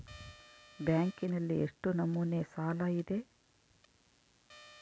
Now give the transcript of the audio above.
ಬ್ಯಾಂಕಿನಲ್ಲಿ ಎಷ್ಟು ನಮೂನೆ ಸಾಲ ಇದೆ?